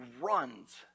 runs